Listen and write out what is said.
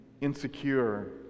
insecure